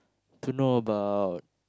to know about